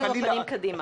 אנחנו עם הפנים קדימה.